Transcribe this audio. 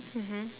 mmhmm